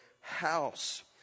house